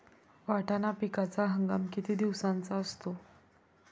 वाटाणा पिकाचा हंगाम किती दिवसांचा असतो?